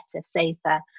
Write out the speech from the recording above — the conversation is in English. safer